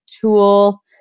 tool